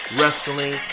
Wrestling